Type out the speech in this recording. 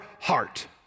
heart